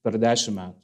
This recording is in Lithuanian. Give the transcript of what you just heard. per dešimt metų